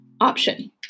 Option